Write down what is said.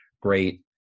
Great